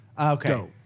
Okay